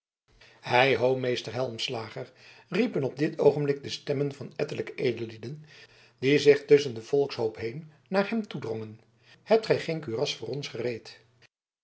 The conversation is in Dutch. hei ho meester helmslager riepen op dit oogenblik de stemmen van ettelijke edellieden die zich tusschen den volkshoop heen naar hem toe drongen hebt gij geen kuras voor ons gereed